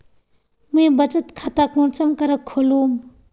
मुई बचत खता कुंसम करे खोलुम?